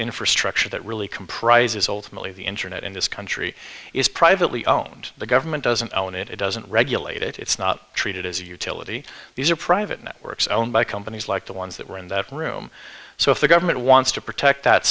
infrastructure that really comprises ultimately the internet in this country is privately owned the government doesn't own it it doesn't regulate it it's not treated as a utility these are private networks owned by companies like the ones that run that room so if the government wants to protect that